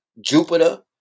Jupiter